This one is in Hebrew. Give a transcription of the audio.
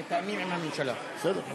מטרת הצעת החוק שלפניכם היא לעגן בחקיקה את